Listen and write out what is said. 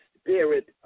Spirit